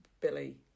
Billy